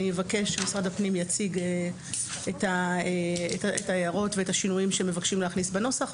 אני אבקש שמשרד הפנים יציג את ההערות ואת השינויים שמבקשים לעשות בנוסח,